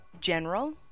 General